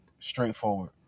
straightforward